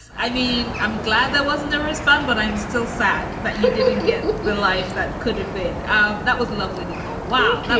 i mean, i'm glad that wasn't there as bad, but i'm still sad that you didn't get the life that could have been. um that was lovely, nicole. wow. like